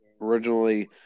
Originally